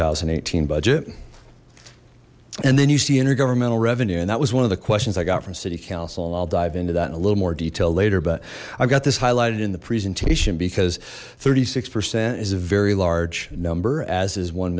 thousand and eighteen budget and then you see intergovernmental revenue and that was one of the questions i got from city council and i'll dive into that in a little more detail later but i've got this highlighted in the presentation because thirty six percent is a very large number as is one